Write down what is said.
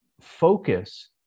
focus